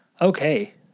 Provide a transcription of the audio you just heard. okay